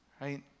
right